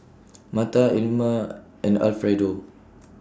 Martha Ilma and Alfredo